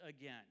again